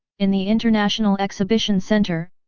in the international exhibition center,